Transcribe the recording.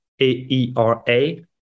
A-E-R-A